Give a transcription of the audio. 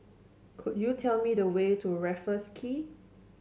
could you tell me the way to Raffles Quay